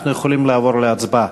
אנחנו יכולים לעבור להצבעה.